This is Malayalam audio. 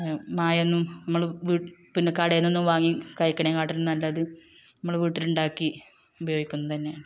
മായമൊന്നും നമ്മൾ വീട്ടിൽ പിന്നെ കടയിൽ നിന്നൊന്നും വാങ്ങി കഴിക്കിണേക്കാട്ടും നല്ലത് നമ്മൾ വീട്ടിലുണ്ടാക്കി ഉപയോഗിക്കുന്നത് തന്നെയാണ്